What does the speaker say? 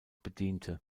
bediente